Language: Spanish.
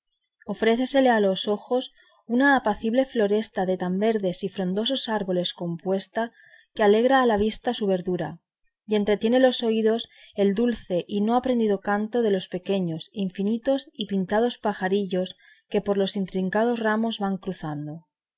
ofrécesele a los ojos una apacible floresta de tan verdes y frondosos árboles compuesta que alegra a la vista su verdura y entretiene los oídos el dulce y no aprendido canto de los pequeños infinitos y pintados pajarillos que por los intricados ramos van cruzando